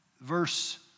Verse